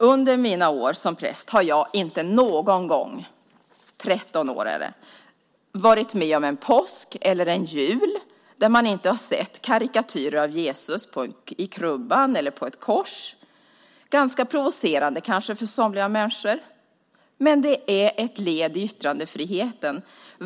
Under mina år som präst har jag inte någon gång, 13 år är det, varit med om en påsk eller en jul när man inte har sett karikatyrer av Jesus i krubban eller på ett kors, ganska provocerande kanske för somliga människor, men det är ett led i yttrandefriheten.